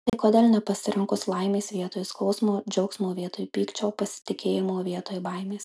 tai kodėl nepasirinkus laimės vietoj skausmo džiaugsmo vietoj pykčio pasitikėjimo vietoj baimės